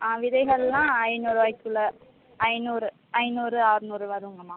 ஆ விதைகளெலாம் ஐநூறுரூவாய்க்குள்ள ஐநூறு ஐநூறு அறுநூறு வருங்கம்மா